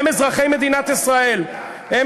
הם אזרחי מדינת ישראל, תענה על השאילתה.